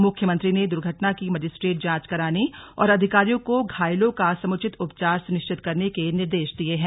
मुख्यमंत्री ने दुर्घटना की मजिस्ट्रेट जांच कराने और अधिकारियों को घायलों का समुचित उपचार सुनिश्चित करने के निर्देश दिये हैं